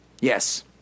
Yes